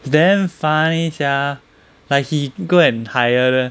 damn funny sia like he go and hire